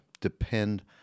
depend